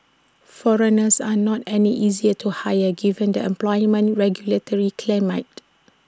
foreigners are not any easier to hire given the employment regulatory climate